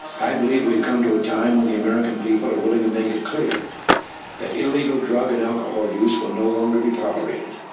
i believe we've come to a time when the american people are willing to make it clear that illegal drug and alcohol use will no longer be tolerated.